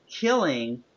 killing